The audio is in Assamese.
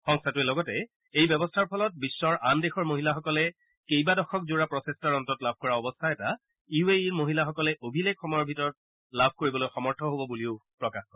সংস্থাটোৱে লগতে এই ব্যৱস্থাৰ ফলত বিশ্বৰ আন দেশৰ মহিলাসকলে কেইবাদশক জোৰা প্ৰচেষ্টাৰ অন্তত লাভ কৰা অৱস্থা এটা ইউ এ ইৰ মহিলাসকলে অভিলেখ সময়ৰ ভিতৰত লাভ কৰিবলৈ সমৰ্থ হ'ব বুলিও প্ৰকাশ কৰে